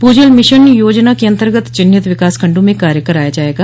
भूजल मिशन योजना के अन्तर्गत चिन्हित विकासखंडों में कार्य कराया जायेगा